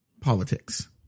politics